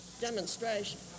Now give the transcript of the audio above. demonstration